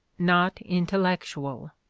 not intellectual.